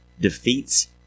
defeats